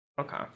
Okay